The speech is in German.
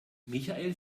michael